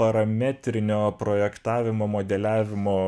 parametrinio projektavimo modeliavimo